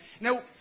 Now